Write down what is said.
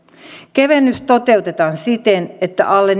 kevennys toteutetaan siten että alle